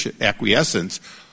acquiescence